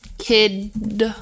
kid